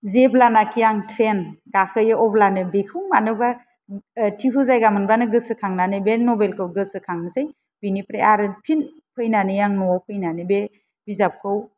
जेब्लानोखि आं ट्रेन गाखोयो अब्लानो बेखौ मानोबा टिहु जायगा मोनबानो गोसोखांनानै बे नभेलखौ गोसोखांनोसै बेनिफ्राय आरो फिन फैनानै आं न'आव फैनानै बे बिजाबखौ